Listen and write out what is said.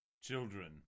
Children